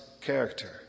character